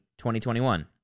2021